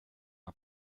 and